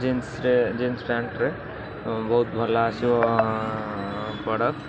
ଜିନ୍ସ୍ରେ jeans ପ୍ୟାଣ୍ଟ୍ରେ ବହୁତ ଭଲ ଆସିବ ପ୍ରଡ଼କ୍ଟ